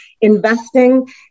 investing